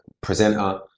presenter